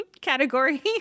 Category